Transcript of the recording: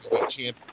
Champion